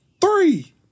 Three